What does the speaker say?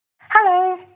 Hello